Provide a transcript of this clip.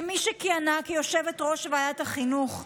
כמי שכיהנה כיושבת-ראש ועדת החינוך,